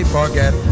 forget